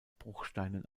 bruchsteinen